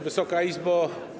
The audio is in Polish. Wysoka Izbo!